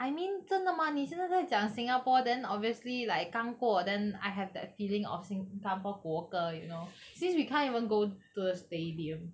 I mean 真的吗你现在在讲 singapore then obviously like 刚过 then I have that feeling of sing 新加坡国歌 you know since we can't even go to the stadium